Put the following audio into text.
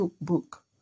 book